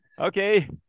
Okay